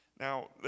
Now